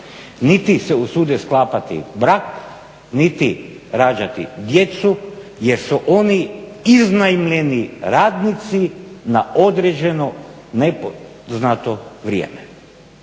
niti se usude sklapati brak, niti rađati djecu jer su oni iznajmljeni radnici na određeno nepoznato vrijeme.